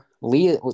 Lee